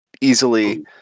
easily